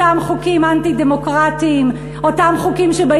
אותם חוקים אנטי-דמוקרטיים,